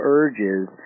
urges